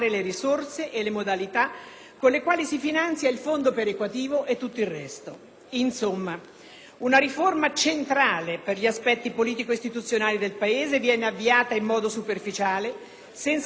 una riforma centrale per gli aspetti politico-istituzionali del Paese viene avviata in modo superficiale, senza una Carta delle autonomie, senza un approfondito esame di quell'unico organo costituzionale che detiene la sovranità.